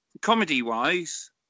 comedy-wise